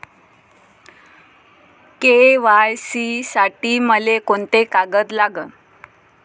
KYC साठी मले कोंते कागद लागन?